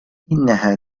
إنها